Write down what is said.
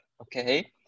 okay